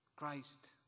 Christ